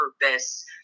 purpose